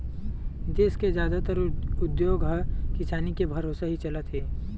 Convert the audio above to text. देस के जादातर उद्योग ह किसानी के भरोसा ही चलत हे